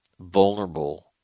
vulnerable